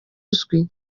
uzwi